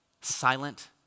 silent